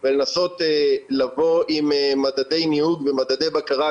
עושה צעדים אקטיביים במסגרת חודש כמו